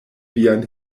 vian